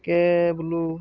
তাকে বোলো